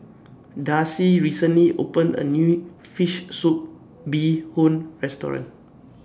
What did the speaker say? Darcie recently opened A New Fish Soup Bee Hoon Restaurant